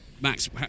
Max